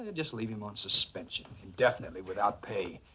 ah just leave him. on suspension indefinitely without pay.